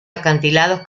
acantilados